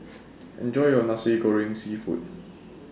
Enjoy your Nasi Goreng Seafood